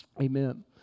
Amen